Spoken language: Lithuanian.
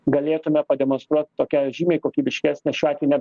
galėtume pademonstruot tokią žymiai kokybiškesnę šiuo atveju net